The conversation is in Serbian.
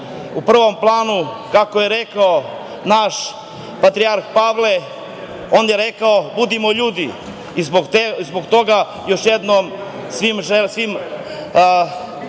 u prvom planu, kako je rekao naš Patrijarh Pavle, on je rekao: "Budimo ljudi", i zbog toga još jednom svim ljudima